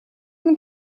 than